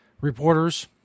reporters